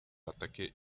ataque